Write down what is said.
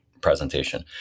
presentation